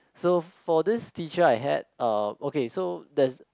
so for this teacher I had uh okay so there's